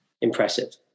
impressive